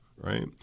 right